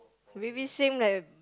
maybe same like